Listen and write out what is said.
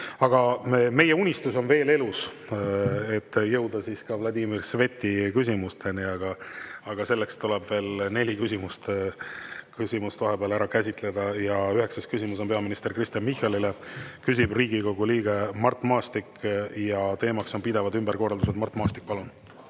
Aga meie unistus on veel elus, et jõuda Vladimir Sveti küsimusteni. Selleks tuleb veel neli küsimust vahepeal ära käsitleda. Üheksas küsimus on peaminister Kristen Michalile. Küsib Riigikogu liige Mart Maastik ja teema on pidevad ümberkorraldused. Mart Maastik, palun!